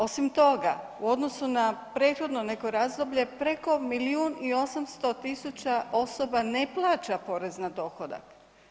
Osim toga, u odnosu na prethodno neko razdoblje, preko milijun i 800 tisuća osoba ne plaća porez na dohodak.